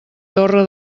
torre